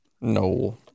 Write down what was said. No